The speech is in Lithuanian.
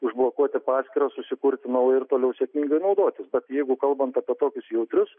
užblokuoti paskyrą susikurti naują ir toliau sėkmingai naudotis bet jeigu kalbant apie tokius jautrius